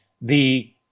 the-